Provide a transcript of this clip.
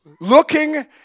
looking